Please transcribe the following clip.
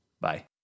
bye